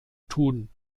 tun